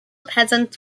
peasants